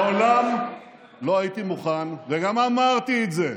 מעולם לא הייתי מוכן, וגם אמרתי את זה,